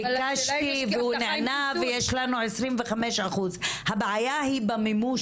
ביקשתי והוא נענה ויש לנו 25%. הבעיה היא במימוש